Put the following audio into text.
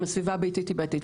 אם הסביבה הביתית היא בעייתית.